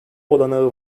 olanağı